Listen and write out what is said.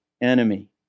enemy